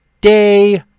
day